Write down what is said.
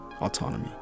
autonomy